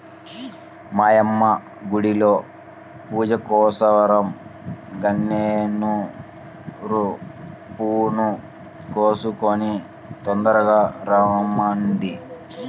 మా యమ్మ గుడిలో పూజకోసరం గన్నేరు పూలను కోసుకొని తొందరగా రమ్మంది